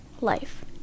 life